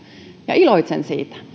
ja iloitsen siitä